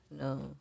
no